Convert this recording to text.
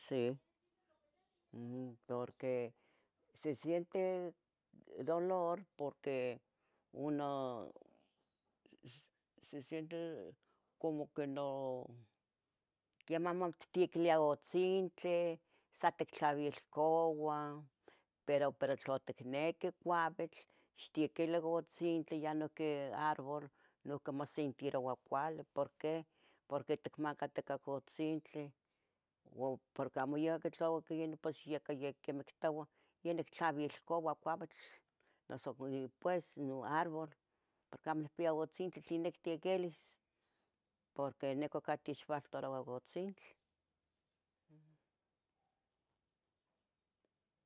Sì, porque se siente dolor porque uno. se siente como que no que maiahmactequilia otlintle. sa tictlavilcoua, pero, pero, tlo ticneque cuavitl. ixtiequile otlintle ya noihqui arbol nuihqui. mosentiroua cuali, ¿porque? porque ticmacaticah. otzintle ua para que amo yeh oquiyini pos que cayeh. quemeh tocuah yeh nictlavilcova cuavitl, noso pues, nun arbol porque amo nihpia otzintle tlen nictequelis. porque nica oca techvaltaroua otzintle.